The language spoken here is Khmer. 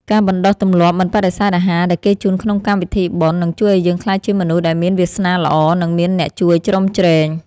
ការបណ្តុះទម្លាប់មិនបដិសេធអាហារដែលគេជូនក្នុងកម្មវិធីបុណ្យនឹងជួយឱ្យយើងក្លាយជាមនុស្សដែលមានវាសនាល្អ និងមានអ្នកជួយជ្រោមជ្រែង។